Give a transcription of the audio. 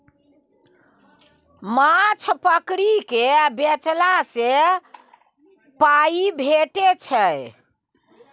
माछ पकरि केँ बेचला सँ पाइ भेटै छै